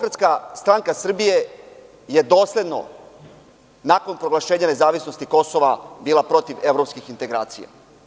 Znate, DSS je dosledno, nakon proglašenja nezavisnosti Kosova, bila protiv evropskih integracija.